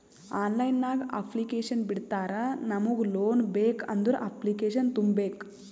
online ನಾಗ್ application ಬಿಡ್ತಾರಾ ನಮುಗ್ ಲೋನ್ ಬೇಕ್ ಅಂದುರ್ ಅಪ್ಲಿಕೇಶನ್ ತುಂಬೇಕ್